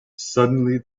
suddenly